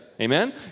Amen